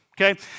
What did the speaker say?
Okay